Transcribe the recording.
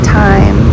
time